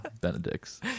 Benedict's